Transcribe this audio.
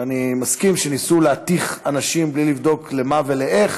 ואני מסכים שניסו להתיך אנשים בלי לבדוק למה ולאיך,